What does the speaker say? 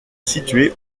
situé